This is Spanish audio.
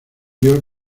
dios